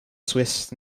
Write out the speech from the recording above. swiss